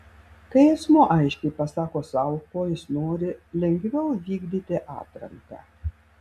kai asmuo aiškiai pasako sau ko jis nori lengviau vykdyti atranką